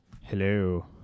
Hello